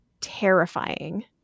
terrifying